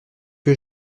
que